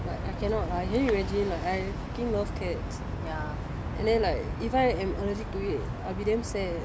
but I cannot lah can you imagine like I freaking love cats and then like if I am allergic to it I'll be damn sad